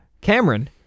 Cameron